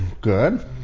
Good